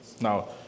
Now